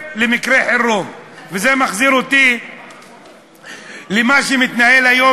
אני מנסה לחשוב, יעני, עד לאן אפשר להמשיך.